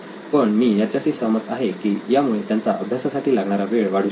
पण मी याच्याशी सहमत आहे की यामुळे त्यांचा अभ्यासासाठी लागणारा वेळ वाढू शकतो